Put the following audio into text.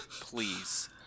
please